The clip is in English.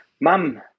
Mum